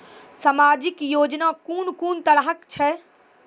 समाजिक योजना कून कून तरहक छै?